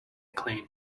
clean